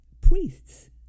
priests